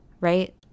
right